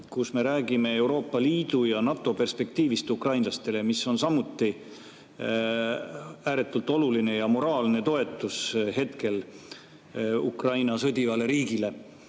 kus me räägime Euroopa Liidu ja NATO perspektiivist ukrainlastele, mis on samuti ääretult oluline ja moraalne toetus hetkel Ukraina sõdivale riigile.